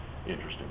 interesting